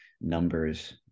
numbers